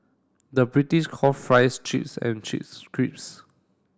the British call fries chips and chips crisps